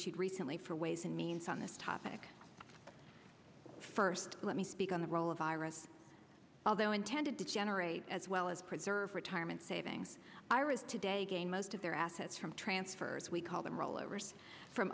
should recently for ways and means on this topic first let me speak on the role of virus although intended to generate as well as preserve retirement savings iras today again most of their assets from transfers we call them roll overs from